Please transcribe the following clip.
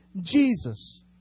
Jesus